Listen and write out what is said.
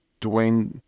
Dwayne